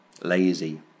lazy